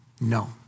No